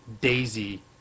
daisy